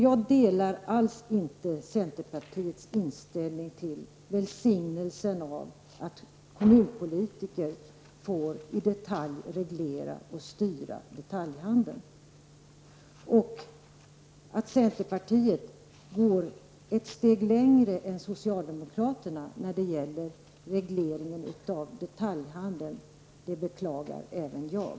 Jag har alls icke samma inställning som centerpartiet, som välsignar att kommunpolitikerna i detalj reglerar och styr detaljhandeln. Centern går ett steg längre än socialdemokraterna när det gäller reglering av detaljhandeln, och även jag beklagar att det.